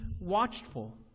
watchful